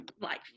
life